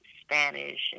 Spanish